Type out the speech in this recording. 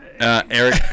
Eric